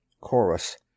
Chorus